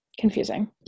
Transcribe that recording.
confusing